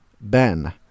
Ben